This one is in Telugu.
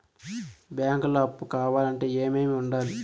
బ్యాంకులో అప్పు కావాలంటే ఏమేమి ఉండాలి?